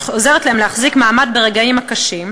שעוזרת להם להחזיק מעמד ברגעים הקשים.